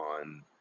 on